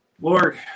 Lord